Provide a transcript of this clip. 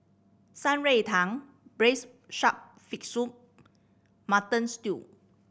Shan Rui Tang braise shark fin soup Mutton Stew